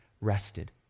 rested